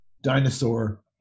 dinosaur